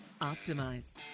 Optimize